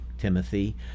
Timothy